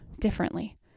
differently